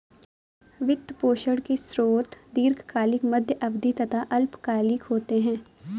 वित्त पोषण के स्रोत दीर्घकालिक, मध्य अवधी तथा अल्पकालिक होते हैं